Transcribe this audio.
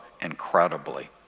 incredibly